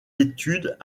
études